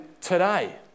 today